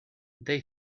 they